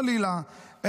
חלילה,